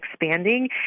expanding